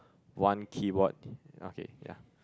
one keyboard okay ya